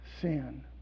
sin